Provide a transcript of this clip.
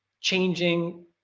changing